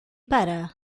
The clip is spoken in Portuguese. para